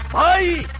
i